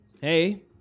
Hey